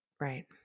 Right